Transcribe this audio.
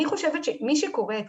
אני חושבת שמי שקורא את